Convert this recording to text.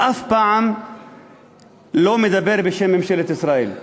הוא אף פעם לא מדבר בשם ממשלת ישראל,